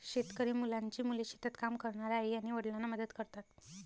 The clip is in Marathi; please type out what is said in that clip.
शेतकरी मुलांची मुले शेतात काम करणाऱ्या आई आणि वडिलांना मदत करतात